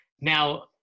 Now